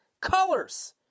colors